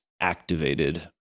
activated